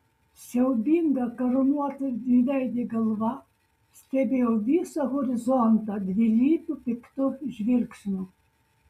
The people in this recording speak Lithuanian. siaubinga karūnuota dviveidė galva stebėjo visą horizontą dvilypiu piktu žvilgsniu